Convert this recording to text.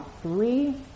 three